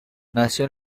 nació